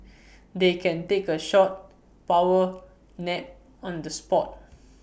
they can take A short power nap on the spot